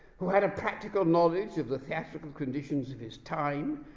who had a practical knowledge of the theatrical conditions of his time,